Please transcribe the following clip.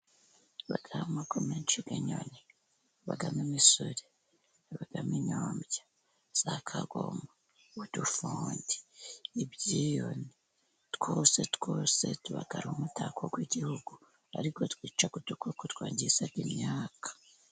Habaho amoko menshi y'inyoni habamo habamo imisure, habamo inyombya, za kagoma, udufudi, ibyiyoni twose twose tuba ari umutako w'igihugu ariko twica udukoko twangizaga imyaka.